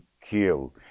killed